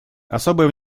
особое